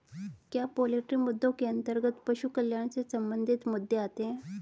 क्या पोल्ट्री मुद्दों के अंतर्गत पशु कल्याण से संबंधित मुद्दे आते हैं?